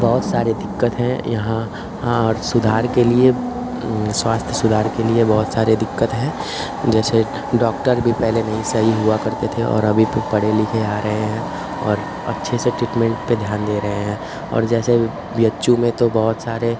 बहुत सारी दिक्कतें हैं यहाँ हाँ और सुधार के लिए स्वास्थ्य सुधार के लिए बहुत सारी दिक्कतें हैं जैसे डॉक्टर भी पहले नहीं सही हुआ करते थे और अभी तो पढ़े लिखे आ रहे हैं और अच्छे से ट्रीटमेन्ट पर ध्यान दे रहे हैं और जैसे बी एच यू में तो बहुत सारे